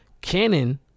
canon